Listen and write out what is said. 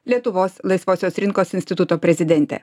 lietuvos laisvosios rinkos instituto prezidentė